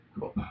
Cool